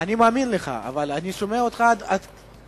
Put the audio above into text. אני מאמין לך, אבל אני שומע אותך עד כאן.